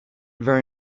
very